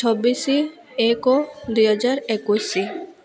ଛବିଶ ଏକ ଦୁଇହଜାର ଏକୋଇଶ